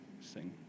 sing